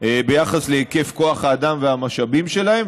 ביחס להיקף כוח האדם והמשאבים שלהם.